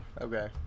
okay